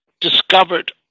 discovered